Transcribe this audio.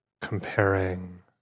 comparing